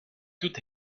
tout